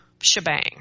shebang